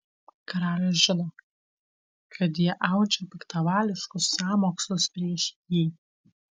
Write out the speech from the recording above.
karalius žino kad jie audžia piktavališkus sąmokslus prieš jį